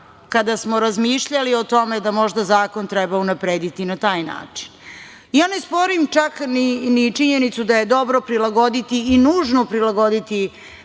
kada smo razmišljali o tome da možda zakon treba unaprediti na taj način. Ne sporim čak ni činjenicu da je dobro prilagoditi i nužno prilagoditi